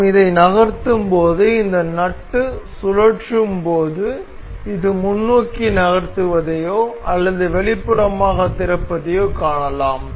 நாம் இதை நகர்த்தும்போது இந்த நட்டு சுழற்றும்போது இது முன்னோக்கி நகர்த்துவதையோ அல்லது வெளிப்புறமாக திறப்பதையோ காணலாம்